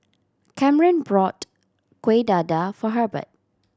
Kamryn bought Kueh Dadar for Hebert